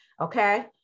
Okay